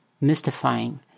mystifying